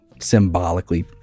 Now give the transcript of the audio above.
symbolically